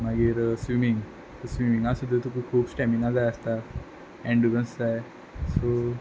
मागीर स्विमींग सो स्विमिंगा सुद्दां तुका खूब स्टॅमिना जाय आसता एंडुरन्स जाय सो